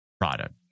product